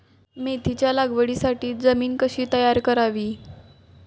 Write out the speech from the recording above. मेथीच्या लागवडीसाठी जमीन कशी तयार करावी?